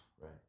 Right